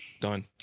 done